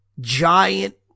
giant